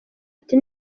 ati